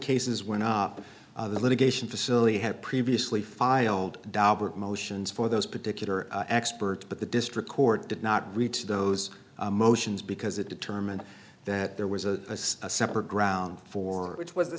cases when up the litigation facility had previously filed d'albert motions for those particular experts but the district court did not reach those motions because it determined that there was a separate ground for which was the